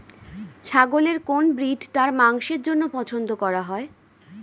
ছাগলের কোন ব্রিড তার মাংসের জন্য পছন্দ করা হয়?